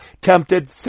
tempted